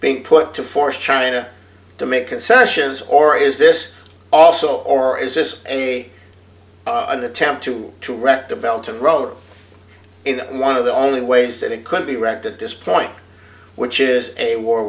being put to force china to make concessions or is this also or is this a an attempt to correct the belt and rode in one of the only ways that it could be wrecked at this point which is a war